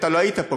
אתה לא היית פה,